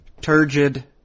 turgid